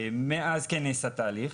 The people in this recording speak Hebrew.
מאז כן נעשה תהליך,